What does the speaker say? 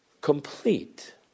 complete